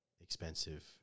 expensive